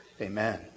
Amen